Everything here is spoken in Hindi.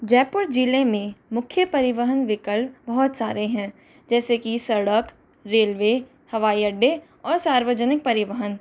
जयपुर ज़िले में मुख्य परिवहन विकल्प बहुत सारे हैं जैसे कि सड़क रेलवे हवाई अड्डे और सार्वजनिक परिवहन